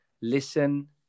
listen